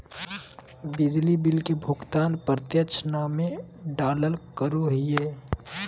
बिजली बिल के भुगतान प्रत्यक्ष नामे डालाल करो हिय